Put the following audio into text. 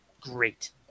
great